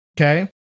Okay